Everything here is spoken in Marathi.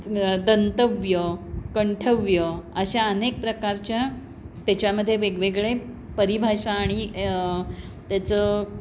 दंतव्य कंठव्य अशा अनेक प्रकारच्या त्याच्यामध्ये वेगवेगळे परिभाषा आणि त्याचं